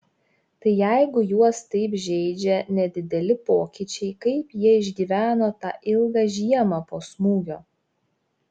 tai jeigu juos taip žeidžia nedideli pokyčiai kaip jie išgyveno tą ilgą žiemą po smūgio